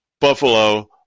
buffalo